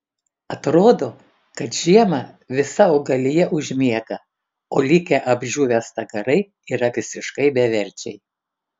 atrodo kad žiemą visa augalija užmiega o likę apdžiūvę stagarai yra visiškai beverčiai